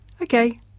Okay